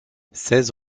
seize